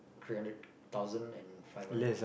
three hundred thousand and five hundred